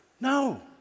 No